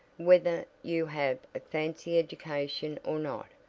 whether you have a fancy education or not.